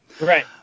Right